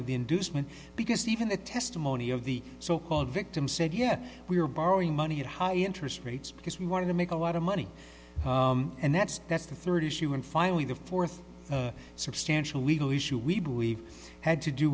of the inducement because even the testimony of the so called victim said yes we are borrowing money at high interest rates because we wanted to make a lot of money and that's that's the third issue and finally the fourth substantial legal issue we believe had to do